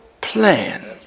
plan